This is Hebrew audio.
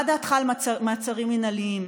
מה דעתך על מעצרים מינהליים,